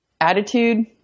attitude